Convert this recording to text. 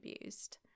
abused